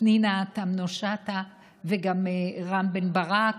פנינה תמנו שטה וגם רם בן ברק,